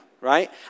right